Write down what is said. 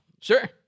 Sure